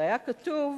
והיה כתוב: